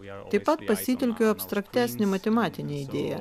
taip pat pasitelkiu abstraktesnę matematinę idėją